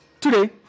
today